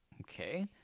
okay